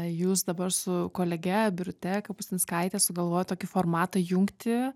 jūs dabar su kolege birute kapustinskaite sugalvojot tokį formatą jungti